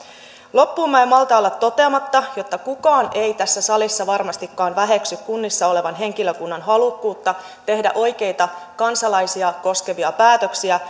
loppuun en malta olla toteamatta että kukaan ei tässä salissa varmastikaan väheksy kunnissa olevan henkilökunnan halukkuutta tehdä kansalaisia koskevia oikeita päätöksiä